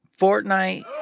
Fortnite